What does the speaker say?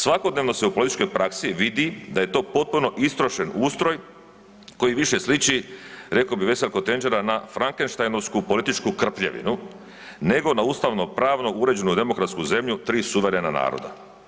Svakodnevno se u političkoj praksi vidi da je to potpuno istrošen ustroj koji više sliči, rekao bi Veselko Tendžera na Frankenštajnovsku političku krpljevinu nego na ustavno pravno uređenu demokratsku zemlju tri suverena naroda.